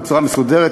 בצורה מסודרת,